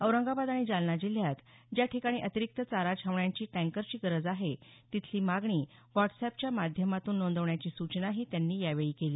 औरंगाबाद आणि जालना जिल्ह्यात ज्या ठिकाणी अतिरिक्त चारा छावण्यांची टँकरची गरज आहे तिथली मागणी व्हॉटस्अॅपच्या माध्यमातून नोंदवण्याची सूचनाही त्यांनी यावेळी केली